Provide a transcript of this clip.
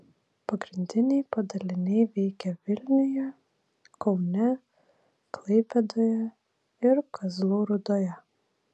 pagrindiniai padaliniai veikia vilniuje kaune klaipėdoje ir kazlų rūdoje